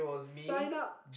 sign up